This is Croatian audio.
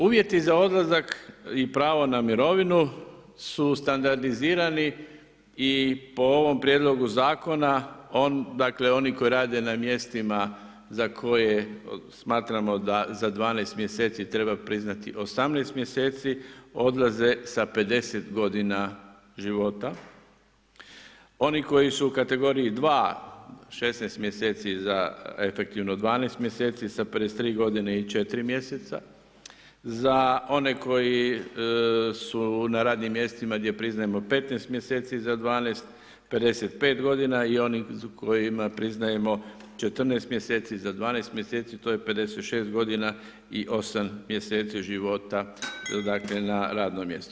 Uvjeti za odlazak i pravo na mirovinu su standardizirani i po ovom Prijedlogu zakona dakle, oni koji rade na mjestima za koje smatramo da za 12 mjeseci treba priznati 18 mjeseci, odlaze sa 50 godina života, oni koji su u kategoriji 2, 16 mjeseci za efektivno 12 mjeseci, sa 53 godine i 4 mjeseca, za one koji su na radnim mjestima gdje priznajemo 15 mjeseci za 12 sa 55 godina i oni kojima priznajemo 14 mjeseci za 12 mjeseci to je 56 godina i 8 mjeseci života dakle, na radnom mjestu.